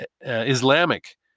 Islamic